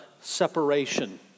separation